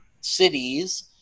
cities